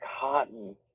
cotton